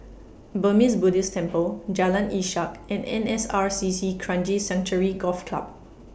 Burmese Buddhist Temple Jalan Ishak and N S R C C Kranji Sanctuary Golf Club